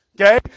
Okay